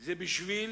זה בשביל